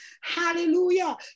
Hallelujah